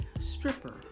stripper